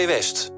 West